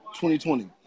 2020